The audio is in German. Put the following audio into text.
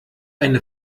eine